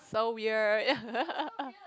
so weird